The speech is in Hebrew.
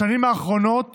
בשנים האחרונות